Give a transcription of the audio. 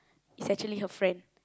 it's actually her friend